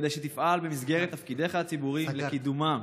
כדי שתפעל במסגרת תפקידיך הציבוריים לקידומם.